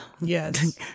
Yes